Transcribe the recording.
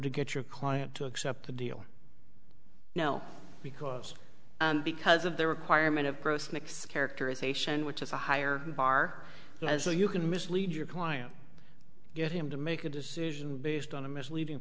to get your client to accept the deal no because because of the requirement of gross nics characterization which is a higher bar because you can mislead your client get him to make a decision based on a misleading